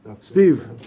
Steve